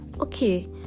okay